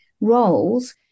roles